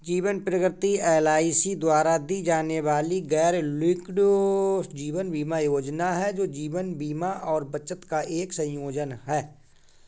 जीवन प्रगति एल.आई.सी द्वारा दी जाने वाली गैरलिंक्ड जीवन बीमा योजना है, जो जीवन बीमा और बचत का एक संयोजन है